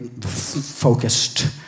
focused